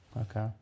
Okay